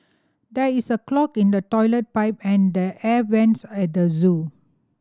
there is a clog in the toilet pipe and the air vents at the zoo